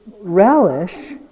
relish